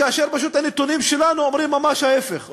כאשר פשוט הנתונים שלנו אומרים ממש ההפך,